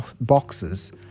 boxes